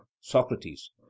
Socrates